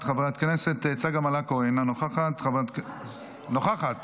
נוכחת, חברת הכנסת צגה מלקו, נוכחת, מוותרת,